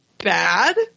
bad